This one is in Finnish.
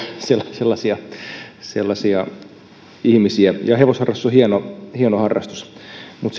sellaisia sellaisia ihmisiä hevosharrastus on hieno hieno harrastus mutta